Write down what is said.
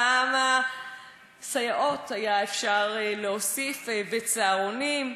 כמה סייעות היה אפשר להוסיף בצהרונים?